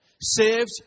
Saved